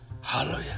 Hallelujah